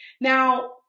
now